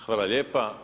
Hvala lijepa.